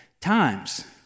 times